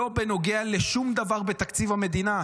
לא בנוגע לשום דבר בתקציב המדינה,